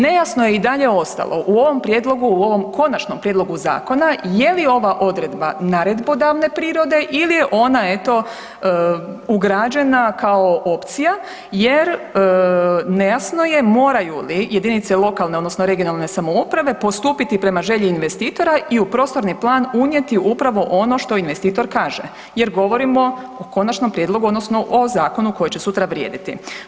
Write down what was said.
Nejasno je i dalje ostalo u ovom prijedlogu u ovom konačnom prijedlogu zakona je li ova odredba naredbodavne prirode ili je ona eto ugrađena kao opcija jer nejasno je moraju li jedinice lokalne odnosno regionalne samouprave postupiti prema želji investitora i u prostorni plan unijeti upravo ono što investitor kaže jer govorimo o konačnom prijedlogu odnosno o zakonu koji će sutra vrijediti.